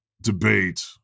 debate